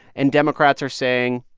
and democrats are saying,